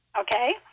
Okay